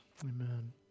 Amen